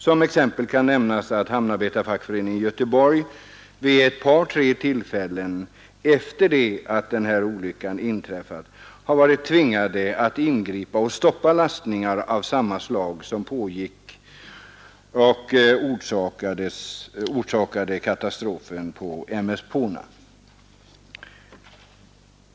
Som exempel kan nämnas att hamnarbetarfackföreningen i Göteborg vid ett par tre tillfällen efter det olyckan inträffade har tvingats ingripa och stoppa lastningar av samma slag som orsakade katastrofen på M/S Poona.